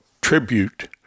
tribute